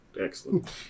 Excellent